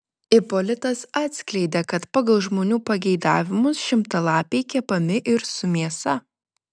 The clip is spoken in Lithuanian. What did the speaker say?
ipolitas atskleidė kad pagal žmonių pageidavimus šimtalapiai kepami ir su mėsa